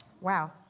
Wow